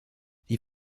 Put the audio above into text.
die